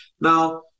Now